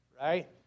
Right